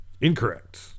Incorrect